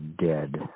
dead